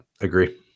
agree